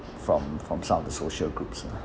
from from some of the social groups ah